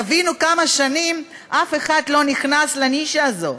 תבינו כמה שנים אף אחד לא נכנס לנישה הזו,